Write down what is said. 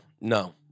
no